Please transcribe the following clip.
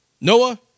Noah